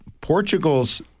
Portugal's